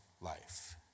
life